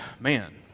man